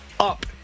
up